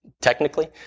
technically